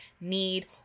need